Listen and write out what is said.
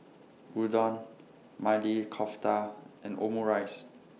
Udon Maili Kofta and Omurice